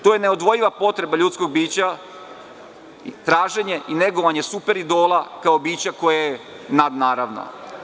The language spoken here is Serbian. To je neodvojiva potreba ljudskog bića i traženje i negovanje super idola kao bića koje je nad, naravno.